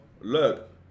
look